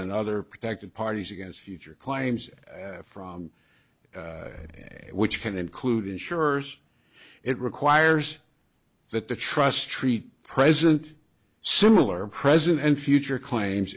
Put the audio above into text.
and other protected parties against future claims from which can include insurers it requires that the trust treat present similar present and future claims